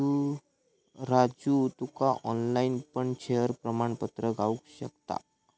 राजू तुका ऑनलाईन पण शेयर प्रमाणपत्र गावु शकता